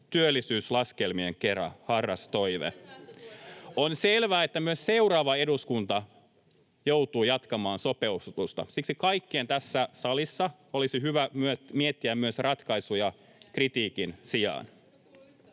luettelitte äsken?] On selvää, että myös seuraava eduskunta joutuu jatkamaan sopeutusta. Siksi kaikkien tässä salissa olisi hyvä miettiä myös ratkaisuja kritiikin sijaan.